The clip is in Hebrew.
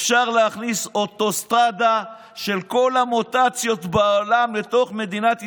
אפשר להכניס אוטוסטרדה של כל המוטציות בעולם לתוך מדינת ישראל?